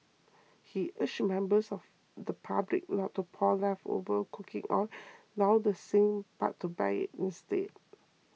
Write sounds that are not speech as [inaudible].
he urged members of the public not to pour leftover cooking oil [noise] down the sink but to bag it instead